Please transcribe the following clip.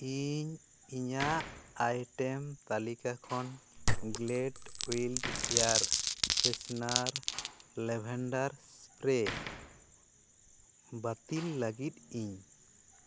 ᱤᱧ ᱤᱧᱟ ᱜ ᱟᱭᱴᱮᱢ ᱛᱹᱞᱤᱠᱟ ᱠᱷᱚᱱ Glade wild air freshener lavender spray bottle ᱞᱟᱹᱜᱤᱫ ᱤᱧ